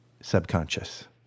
subconscious